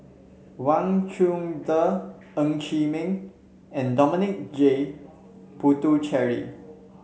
Wang Chunde Ng Chee Meng and Dominic J Puthucheary